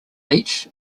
beach